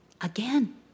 again